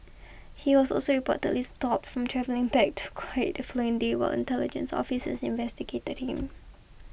he was also reportedly stopped from travelling back to Kuwait the following day while intelligence officers investigated him